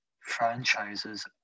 franchises